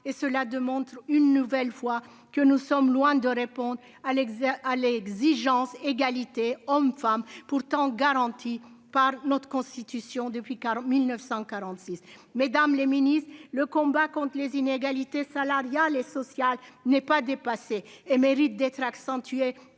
cela demande une nouvelle fois que nous sommes loin de répondre à l'extérieur à l'exigence d'égalité homme femme pourtant garanti par notre Constitution depuis 40946 mesdames les ministres, le combat contre les inégalités salariales et sociales n'ait pas dépassé et mérite d'être accentuée